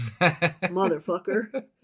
Motherfucker